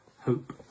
hope